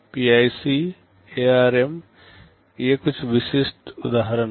PIC ARM ये कुछ विशिष्ट उदाहरण हैं